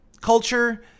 culture